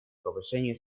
повышению